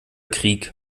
krieg